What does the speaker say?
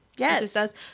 Yes